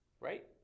Right